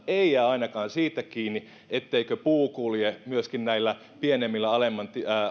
ei jää ainakaan siitä kiinni etteikö puu kulje myöskin näillä pienemmillä alemman